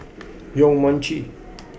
Yong Mun Chee